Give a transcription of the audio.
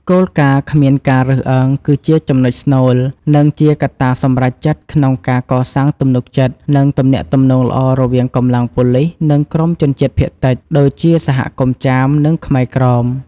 គោលការណ៍គ្មានការរើសអើង គឺជាចំណុចស្នូល និងជាកត្តាសម្រេចចិត្តក្នុងការកសាងទំនុកចិត្ត និងទំនាក់ទំនងល្អរវាងកម្លាំងប៉ូលិស និងក្រុមជនជាតិភាគតិច ដូចជាសហគមន៍ចាម និងខ្មែរក្រោម